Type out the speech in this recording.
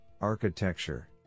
architecture